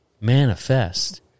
manifest